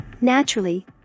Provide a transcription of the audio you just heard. naturally